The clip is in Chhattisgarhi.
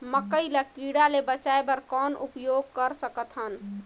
मकई ल कीड़ा ले बचाय बर कौन उपाय कर सकत हन?